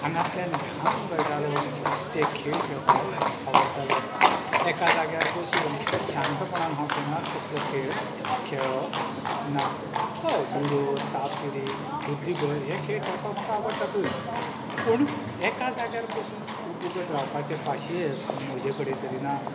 आंगांतल्यान घाम गळटालो ते खेळ खेळपाक आवडटाले एका जाग्यार बसून हांव शांतपणान केन्नाच कसलो खेळ खेळ्ळो ना हय लुडो सापसिडी बुद्दीबळ हे खेळ खेळपाक म्हाका आवडटातूच पूण एका जाग्यार बसून खूब वगत रावपाचे पसियेस म्हजे कडेन तरी ना